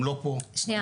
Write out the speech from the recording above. הם לא פה -- שנייה.